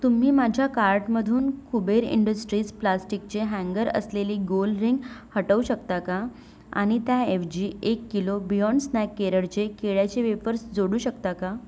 तुम्ही माझ्या कार्टमधून कुबेर इंडस्ट्रीज प्लास्टिकचे हॅन्गर असलेली गोल रिंग हटवू शकता का आणि त्याऐवजी एक किलो बियाँड स्नॅक केरळचे केळ्याचे वेपर्स जोडू शकता का